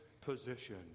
position